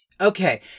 Okay